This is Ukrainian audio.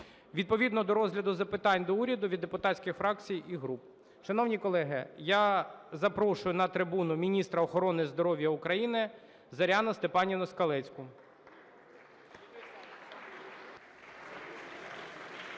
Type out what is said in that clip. відповідно до розгляду запитань до уряду від депутатських фракцій і груп. Шановні колеги, я запрошую на трибуну міністра охорони здоров'я України Зоряну Степанівну Скалецьку.